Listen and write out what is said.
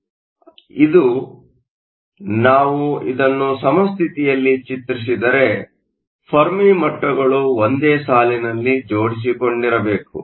ಆದ್ದರಿಂದ ಇದು ನಾವು ಇದನ್ನು ಸಮಸ್ಥಿತಿಯಲ್ಲಿ ಚಿತ್ರಿಸಿದರೆ ಫೆರ್ಮಿ ಮಟ್ಟಗಳು ಒಂದೇ ಸಾಲಿನಲ್ಲಿ ಜೊಡಿಸಿಕೊಂಡಿರಬೇಕು